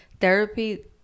Therapy